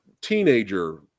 teenager